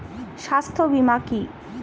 স্বাস্থ্য বীমা কি?